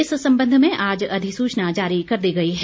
इस संबंध में आज अधिसूचना जारी कर दी गई है